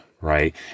right